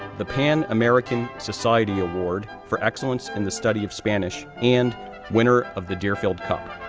the pan-american society award for excellence in the study of spanish and winner of the deerfield cup,